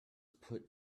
put